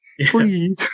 Please